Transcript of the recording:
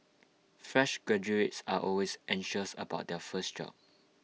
fresh graduates are always anxious about their first job